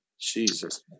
Jesus